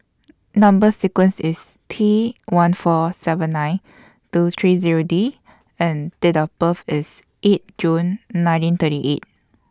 Number sequence IS T one four seven nine two three Zero D and Date of birth IS eight June nineteen thirty eight